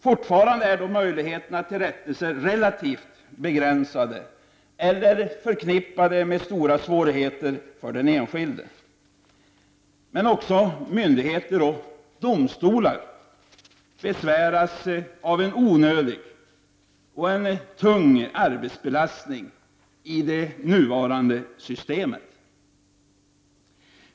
Fortfarande är dock möjligheterna till rättelser relativt begränsade eller förknippade med stora svårigheter för den enskilde. Men också myndigheter och domstolar besväras av en onödig och tung arbetsbelastning i det nuvarande systemet.